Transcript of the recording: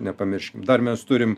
nepamirškim dar mes turim